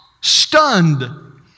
stunned